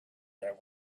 there